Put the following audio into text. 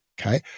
okay